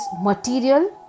material